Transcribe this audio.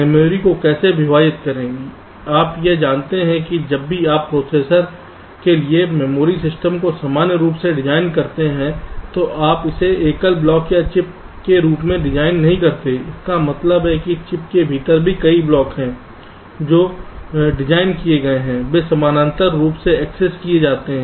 memory को कैसे विभाजित करें आप यह जानते हैं कि जब भी आप प्रोसेसर के लिए मेमोरी सिस्टम को सामान्य रूप से डिज़ाइन करते हैं तो आप इसे एकल ब्लॉक या चिप के रूप में डिज़ाइन नहीं करते हैं इसका मतलब है कि चिप के भीतर भी कई ब्लॉक हैं जो डिज़ाइन किए गए हैं वे समानांतर रूप से एक्सेस किए जाते हैं